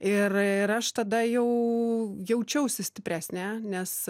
ir ir aš tada jau jaučiausi stipresnė nes